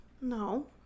No